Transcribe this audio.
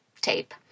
tape